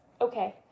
okay